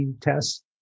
tests